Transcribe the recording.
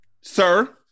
Sir